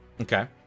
okay